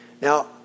Now